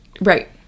Right